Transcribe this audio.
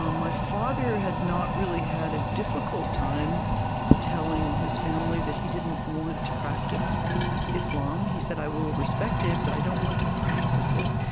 um my father had not really had a difficult time telling his family that he didn't want to practice islam. he said, i will respect it, but i don't want to practice it,